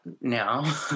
now